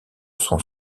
sont